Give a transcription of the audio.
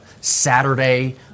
Saturday